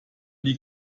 die